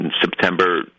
September